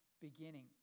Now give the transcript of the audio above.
beginning